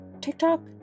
tiktok